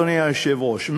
אדוני היושב-ראש,